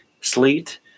sleet